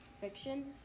fiction